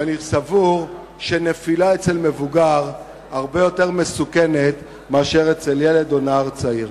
ואני סבור שנפילה אצל מבוגר הרבה יותר מסוכנת מאשר אצל ילד או נער צעיר.